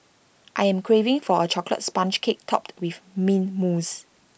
I am craving for A Chocolate Sponge Cake Topped with Mint Mousse